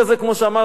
כמו שאמרתי,